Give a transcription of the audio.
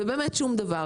ובאמת שום דבר.